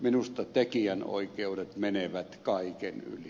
minusta tekijänoikeudet menevät kaiken yli